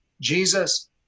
Jesus